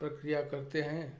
प्रक्रिया करते हैं